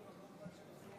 ובכן,